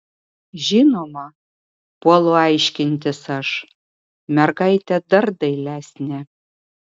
žinoma puolu aiškintis aš mergaitė dar dailesnė